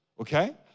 Okay